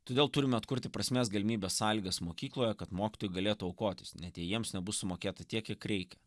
todėl turime atkurti prasmes galimybes sąlygas mokykloje kad mokytojai galėtų aukotis net jei jiems nebus sumokėta tiek kiek reikia